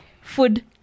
Food